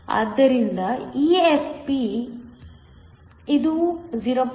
ಆದ್ದರಿಂದ EFp ಇದು 0